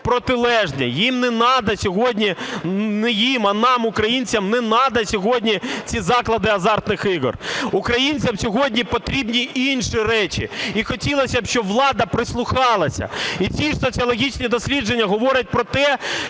протилежне. Їм не надо сьогодні, не їм, а нам українцям не надо сьогодні ці заклади азартних ігор. Українцям сьогодні потрібні інші речі. І хотілося б, щоб влада прислухалася. І ці соціологічні дослідження говорять про те,